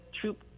troop